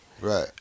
Right